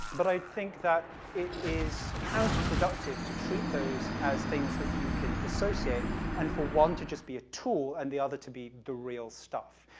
but i think that it is counterproductive to treat those as things that you can dissociate and for one to just be a tool and the other to be the real stuff.